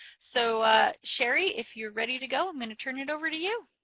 so sherri, if you're ready to go, i'm going to turn it over to you.